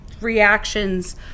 reactions